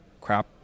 crap